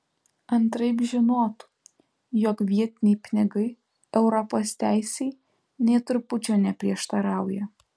antraip žinotų jog vietiniai pinigai europos teisei nė trupučio neprieštarauja